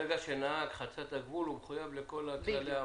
ברגע שנהג חצה את הגבול הוא מחויב לכל כללי האמנה.